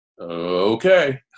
okay